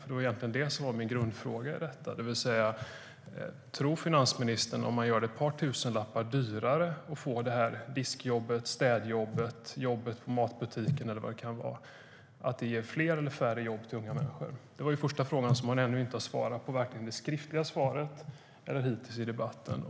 Det var egentligen det som var min grundfråga, det vill säga: Tror finansministern att det ger fler eller färre jobb till unga människor om man gör det ett par tusenlappar dyrare för ungdomar att få ett diskjobb, ett städjobb, ett jobb i en matbutik och så vidare? Det var den första frågan som hon ännu inte har svarat på i sitt skriftliga svar eller hittills i debatten.